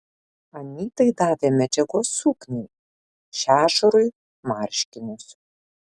anytai davė medžiagos sukniai šešurui marškinius